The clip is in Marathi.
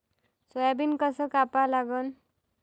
सोयाबीन कस कापा लागन?